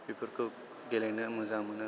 बेफोरखौ गेलेनो मोजां मोनो